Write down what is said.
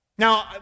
Now